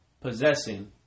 possessing